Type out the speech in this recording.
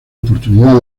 oportunidad